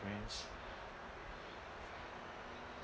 friends